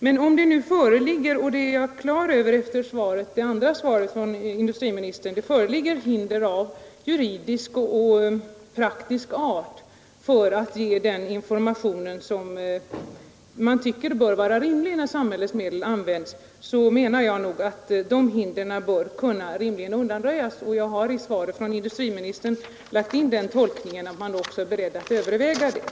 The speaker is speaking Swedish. Men om det nu föreligger hinder av juridisk och praktisk art — och efter svaret från industriministern är jag klar över att sådana hinder finns — för att ge den information om och inflytande över hur samhällets medel används, så menar jag att dessa hinder bör kunna undanröjas. Jag har i svaret från industriministern lagt in den tolkningen att man från departementets sida också är beredd att överväga detta.